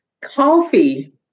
Coffee